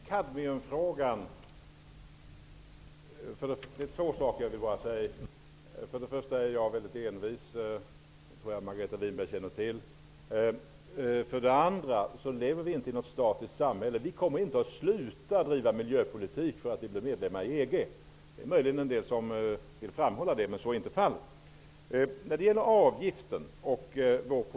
Herr talman! Jag vill säga två saker. För det första är jag väldigt envis; det tror jag att Margareta Winberg känner till. För det andra lever vi inte i något statiskt samhälle. Vi kommer inte att sluta med att driva miljöpolitik bara för att vi blir medlemmar i EG. Det finns möjligen en del som vill framhålla det, men så är inte fallet.